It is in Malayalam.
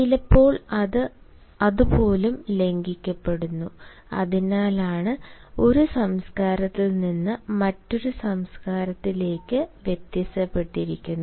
ചിലപ്പോൾ അത് പോലും ലംഘിക്കപ്പെടുന്നു അതിനാലാണ് ഒരു സംസ്കാരത്തിൽ നിന്ന് മറ്റൊരു സ്ഥലത്തേക്ക് വ്യത്യാസപ്പെടുന്നത്